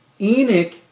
Enoch